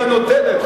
היא הנותנת,